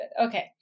Okay